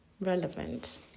relevant